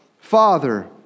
Father